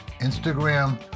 Instagram